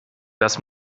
das